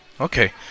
Okay